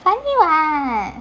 funny [what]